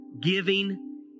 giving